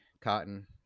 cotton